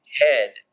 head